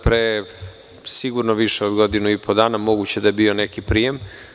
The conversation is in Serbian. Pre sigurno više od godinu i po dana moguće da je bio neki prijem.